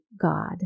God